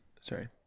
Sorry